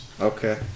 Okay